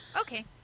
Okay